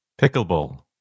Pickleball